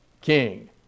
king